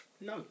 No